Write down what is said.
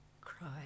cry